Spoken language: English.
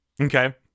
Okay